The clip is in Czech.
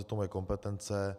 Je to moje kompetence.